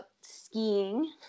skiing